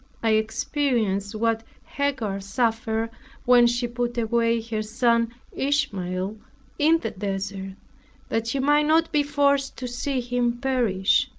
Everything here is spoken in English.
i experienced what hagar suffered when she put away her son ishmael in the desert that she might not be forced to see him perish.